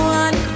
one